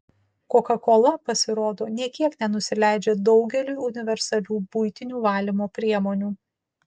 kokakola pasirodo nė kiek nenusileidžia daugeliui universalių buitinių valymo priemonių